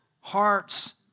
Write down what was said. hearts